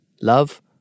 love